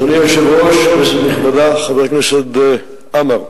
אדוני היושב-ראש, כנסת נכבדה, חבר הכנסת עמאר,